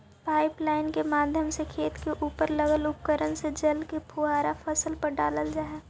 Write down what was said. pipeline के माध्यम से खेत के उपर लगल उपकरण से जल के फुहारा फसल पर डालल जा हइ